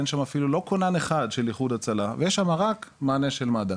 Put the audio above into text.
אין שם אפילו לא כונן אחד של איחוד הצלה ויש שם רק מענה של מד"א,